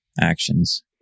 actions